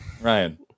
Ryan